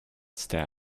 step